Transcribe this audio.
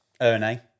Erne